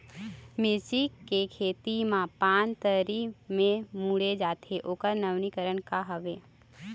मिर्ची के खेती मा पान तरी से मुड़े जाथे ओकर नवीनीकरण का हवे?